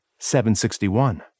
761